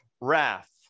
wrath